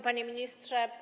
Panie Ministrze!